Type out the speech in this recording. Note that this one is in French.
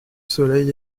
soleil